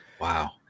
wow